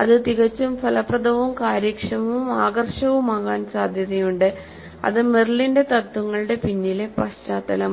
അത് തികച്ചും ഫലപ്രദവും കാര്യക്ഷമവും ആകർഷകവുമാകാൻ സാധ്യതയുണ്ട് അത് മെറിലിന്റെ തത്വങ്ങളുടെ പിന്നിലെ പശ്ചാത്തലമാണ്